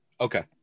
Okay